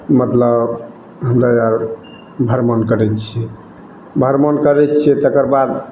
मतलब हमे आर भ्रमण करै छियै भ्रमण करै छियै तकर बाद